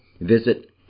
visit